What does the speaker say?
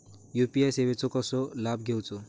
UPI सेवाचो कसो लाभ घेवचो?